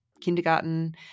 kindergarten